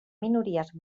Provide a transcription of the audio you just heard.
minories